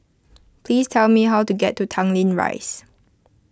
please tell me how to get to Tanglin Rise